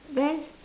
best